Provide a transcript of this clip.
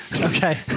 Okay